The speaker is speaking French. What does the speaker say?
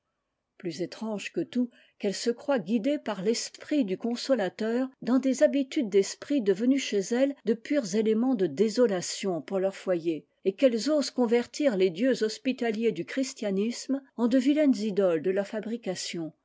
plus étrange que tout qu'elles se croient guidées par l'esprit du consolateur dans des habitudes d'esprit devenues chez elles de purs éléments de désolation pour leur foyer et qu'elles osent convertir les dieux hospitaliers du christianisme en de vilaines idoles de leur fabrication